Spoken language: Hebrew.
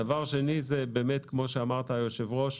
דבר שני, כפי שאמר היושב-ראש,